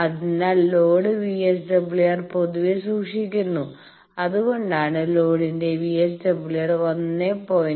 അതിനാൽ load VSWR പൊതുവെ സൂക്ഷിക്കുന്നു അതുകൊണ്ടാണ് ലോഡിന്റെ വിഎസ്ഡബ്ല്യുആർ 1